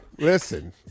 Listen